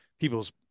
people's